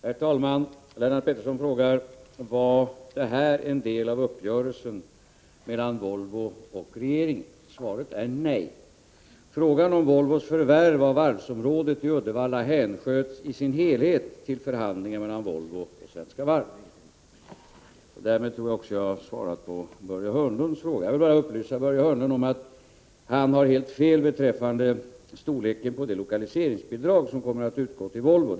Herr talman! Lennart Pettersson frågar: Var detta en del av uppgörelsen mellan Volvo och regeringen? Svaret är nej. Frågan om Volvos förvärv av varsområdet i Uddevalla hänsköts i sin helhet till förhandlingar mellan Volvo och Svenska Varv. Därmed tror jag att jag också har svarat på Börje Hörnlunds fråga. Jag vill bara upplysa Börje Hörnlund om att han har helt fel beträffande storleken på det lokaliseringsbidrag som kommer att utgå till Volvo.